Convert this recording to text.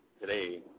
today